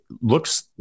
Looks